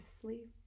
sleep